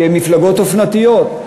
כי הן מפלגות אופנתיות.